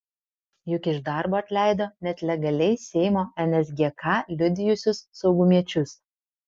juk iš darbo atleido net legaliai seimo nsgk liudijusius saugumiečius